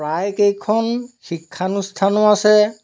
প্ৰায়কেইখন শিক্ষানুষ্ঠানো আছে